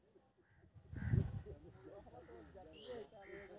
हमरा कृषि लोन में अधिक से अधिक कतेक रुपया मिलते?